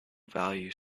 value